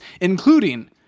including